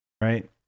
right